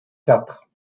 quatre